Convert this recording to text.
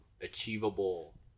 achievable